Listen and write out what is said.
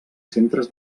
centres